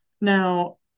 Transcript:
Now